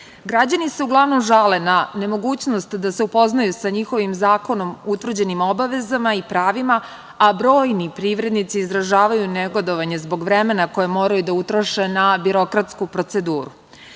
prilog. Građani se uglavnom žale na nemogućnost da se upoznaju sa njihovim zakonom utvrđenim obavezama i pravima, a brojni privrednici izražavaju negodovanje zbog vremena koje moraju da utroše na birokratsku proceduru.